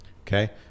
Okay